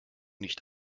nicht